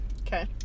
Okay